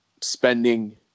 spending